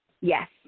Yes